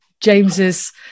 James's